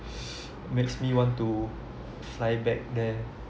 makes me want to fly back there